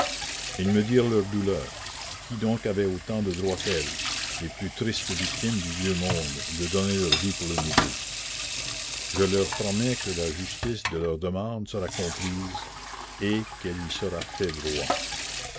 elles me dirent leur douleur qui donc avait autant de droit qu'elles les plus tristes victimes du vieux monde de donner leur vie pour le nouveau je leur promets que la justice de leur demande sera comprise et qu'il y sera fait droit